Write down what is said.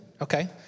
Okay